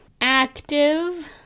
active